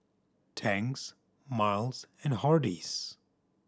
Tangs Miles and Hardy's